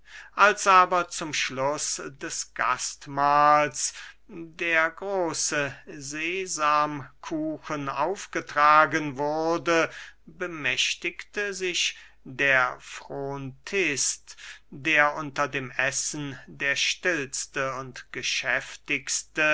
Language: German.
als aber zum schluß des gastmahls der große sesamkuchen aufgetragen wurde bemächtigte sich der frontist der unter dem essen der stillste und